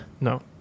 No